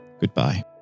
goodbye